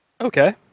Okay